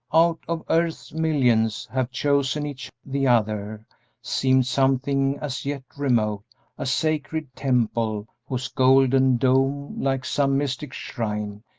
out of earth's millions, have chosen each the other seemed something as yet remote a sacred temple whose golden dome, like some mystic shrine,